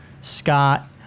Scott